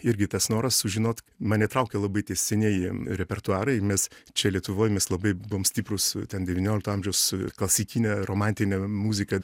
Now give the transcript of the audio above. irgi tas noras sužinot mane traukė labai tie senieji repertuarai mes čia lietuvoj mes labai buvom stiprūs ten devyniolikto amžiaus klasikinė romantinė muzika